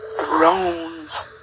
thrones